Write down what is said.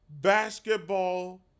basketball